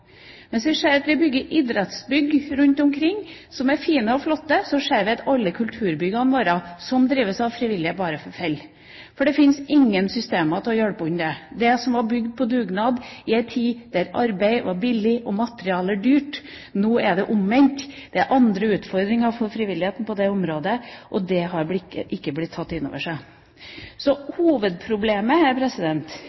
som drives av frivillige, bare forfaller – for det fins ingen systemer som kan hjelpe det som ble bygd på dugnad i en tid da arbeid var billig og materialer dyrt. Nå er det omvendt. Det er andre utfordringer for frivilligheten på det området, og det har man ikke tatt inn over seg.